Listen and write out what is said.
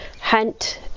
hunt